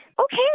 okay